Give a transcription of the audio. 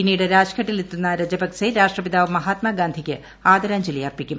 പിന്നീട് രാജ്ഘട്ടിൽ എത്തുന്ന രജപക്സെ രാഷ്ട്രപിതാവ് മഹാത്മാഗാന്ധിക്ക് ആദരാഞ്ജലി അർപ്പിക്കും